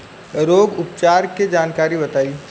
रोग उपचार के जानकारी बताई?